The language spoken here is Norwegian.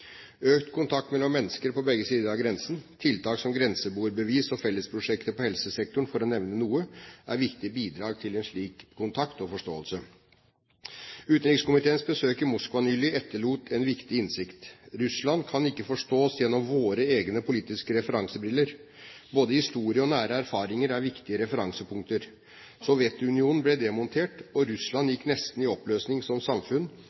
Økt kontakt mellom mennesker på begge sider av grensen, tiltak som grenseboerbevis og fellesprosjekter på helsesektoren, for å nevne noe, er viktige bidrag til en slik kontakt og forståelse. Utenrikskomiteens besøk i Moskva nylig etterlot en viktig innsikt: Russland kan ikke forstås gjennom våre egne politiske referansebriller. Både historie og nære erfaringer er viktige referansepunkter. Sovjetunionen ble demontert, og Russland gikk nesten i oppløsning som samfunn